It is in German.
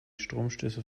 stromstöße